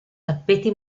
tappeti